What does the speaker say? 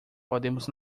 podemos